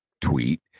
tweet